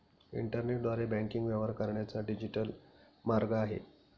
इंटरनेटद्वारे बँकिंग व्यवहार करण्याचा डिजिटल मार्ग आहे